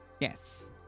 yes